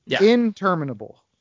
Interminable